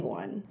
one